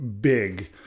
big